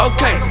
Okay